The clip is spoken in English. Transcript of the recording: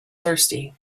thirsty